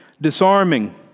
Disarming